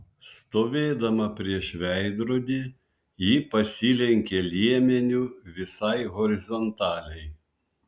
stovėdama prieš veidrodį ji pasilenkė liemeniu visai horizontaliai